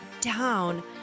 down